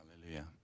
Hallelujah